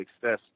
success